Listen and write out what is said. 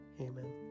Amen